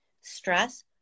stress